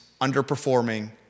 underperforming